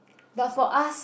but for us